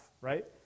right